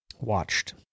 watched